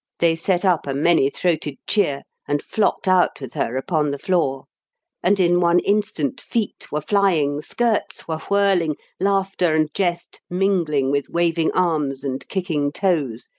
they set up a many-throated cheer and flocked out with her upon the floor and in one instant feet were flying, skirts were whirling, laughter and jest mingling with waving arms and kicking toes,